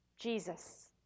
jesus